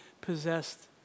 possessed